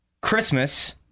Christmas